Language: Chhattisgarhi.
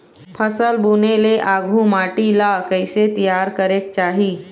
फसल बुने ले आघु माटी ला कइसे तियार करेक चाही?